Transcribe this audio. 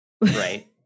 Right